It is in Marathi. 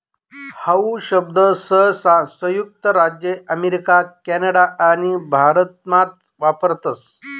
हाऊ शब्द सहसा संयुक्त राज्य अमेरिका कॅनडा आणि भारतमाच वापरतस